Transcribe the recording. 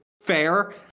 fair